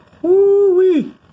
Woo-wee